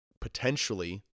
potentially